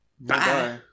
Bye